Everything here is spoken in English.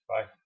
Bye